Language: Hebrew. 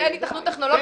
ואין היתכנות טכנולוגית?